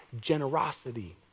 generosity